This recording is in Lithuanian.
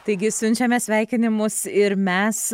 taigi siunčiame sveikinimus ir mes